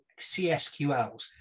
CSQLs